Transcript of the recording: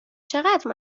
چقدر